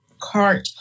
Cart